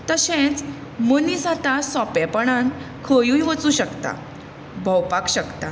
तशेंच मनीस आतां सोंपेपणान खंयूय वचूं शकता भोंवपक शकता